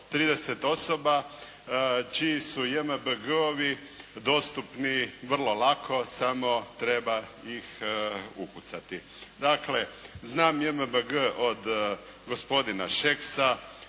30 osoba čiji su JMBG-ovi dostupni vrlo lako, samo treba ih ukucati. Dakle, znam JMBG od gospodina Šeksa,